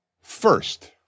First